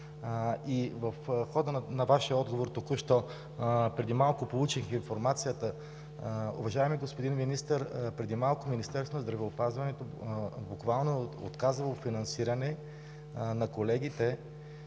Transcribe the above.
В хода на Вашия отговор току-що получих информацията, уважаеми господин Министър, преди малко Министерство на здравеопазването буквално е отказало финансиране на колегите,